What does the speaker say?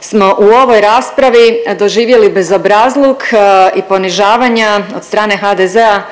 smo u ovoj raspravi doživjeli bezobrazluk i ponižavanja od strane HDZ-a